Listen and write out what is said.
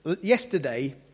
yesterday